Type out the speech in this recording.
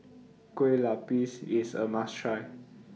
Kueh Lupis IS A must Try